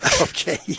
Okay